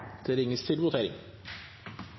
da er det